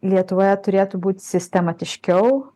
lietuvoje turėtų būt sistematiškiau